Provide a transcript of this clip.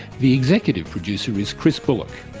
the executive producer is chris bullock,